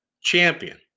champion